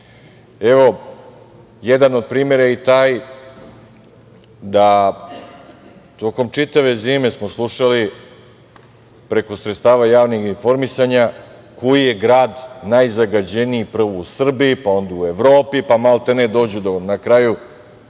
jedan od primera je i taj da tokom čitave zime smo slušali preko sredstava javnih informisanja koji je grad najzagađeniji, prvo u Srbiji, pa onda u Evropi, pa maltene dođu na kraju